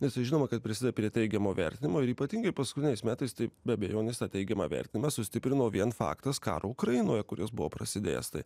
nes tai žinoma kad prisideda prie teigiamo vertinimo ir ypatingai paskutiniais metais taip be abejonės tą teigiamą vertinimą sustiprino vien faktas karo ukrainoje kuris buvo prasidėjęs tai